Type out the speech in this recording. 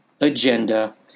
agenda